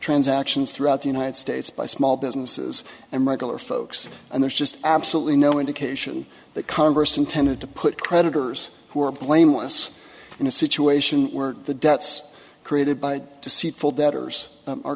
transactions throughout the united states by small businesses and regular folks and there's just absolutely no indication that congress intended to put creditors who are blameless in a situation where the debts created by to see full debtors are